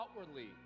outwardly